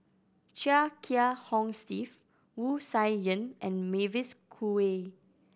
Chia Kiah Hong Steve Wu Tsai Yen and Mavis Khoo Oei